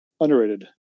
underrated